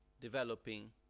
developing